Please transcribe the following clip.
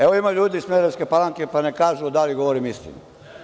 Evo, ima ljudi iz Smederevske Palanke, pa neka kažu da li govorim istinu.